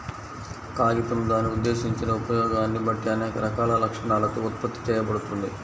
కాగితం దాని ఉద్దేశించిన ఉపయోగాన్ని బట్టి అనేక రకాల లక్షణాలతో ఉత్పత్తి చేయబడుతుంది